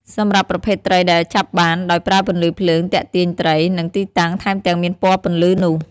សម្រាប់ប្រភេទត្រីដែលចាប់បាន ដោយប្រើពន្លឺភ្លើងទាក់ទាញត្រី និងទីតាំង ថែមទាំងមានពណ៌ពន្លឺនោះ។